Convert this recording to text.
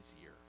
easier